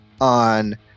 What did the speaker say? on